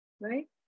right